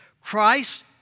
Christ